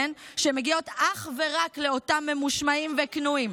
שמגיעות אך ורק לאותם ממושמעים וכנועים.